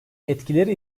etkileri